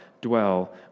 dwell